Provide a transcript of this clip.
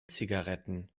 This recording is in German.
zigaretten